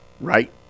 right